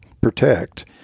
protect